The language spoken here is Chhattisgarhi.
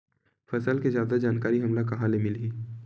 फसल के जादा जानकारी हमला कहां ले मिलही?